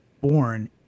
born